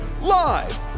Live